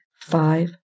five